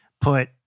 put